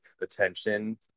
attention